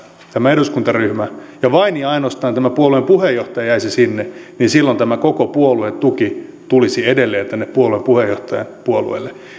eduskuntaryhmä ja vain ja ainoastaan tämä puolueen puheenjohtaja jäisi sinne niin silloin tämä koko puoluetuki tulisi edelleen tänne puolueen puheenjohtajan puolueelle